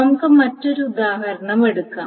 നമുക്ക് മറ്റൊരു ഉദാഹരണം എടുക്കാം